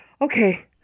okay